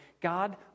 God